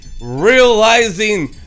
realizing